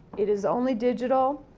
it is only digital.